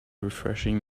refreshing